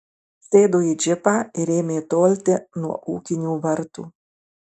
sėdo į džipą ir ėmė tolti nuo ūkinių vartų